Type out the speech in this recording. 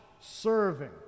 serving